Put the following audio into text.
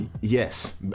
yes